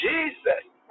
Jesus